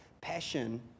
passion